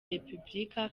repubulika